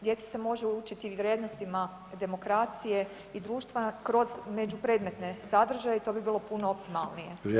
Djeci se može učiti i vrijednostima demokracije i društva kroz među predmetne sadržaje i to bi bilo puno optimalnije.